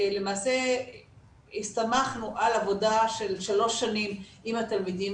למעשה הסתמכנו על עבודה של שלוש שנים עם התלמידים